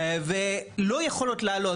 ולא יכולות לעלות,